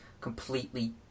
completely